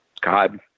God